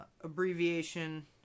abbreviation